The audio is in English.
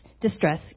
distress